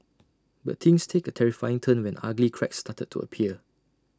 but things take A terrifying turn when ugly cracks started to appear